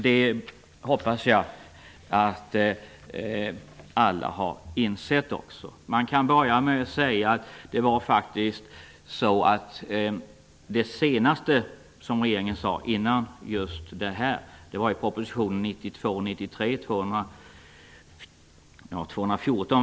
Det hoppas jag att alla har insett. Det senaste som regeringen sade innan detta förslag presenterades stod i proposition 1992/93:214.